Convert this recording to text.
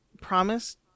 promise